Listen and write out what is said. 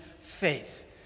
faith